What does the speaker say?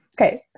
okay